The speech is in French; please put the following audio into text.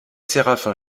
séraphin